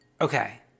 Okay